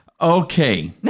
Okay